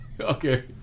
Okay